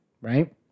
right